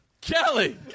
Kelly